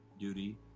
duty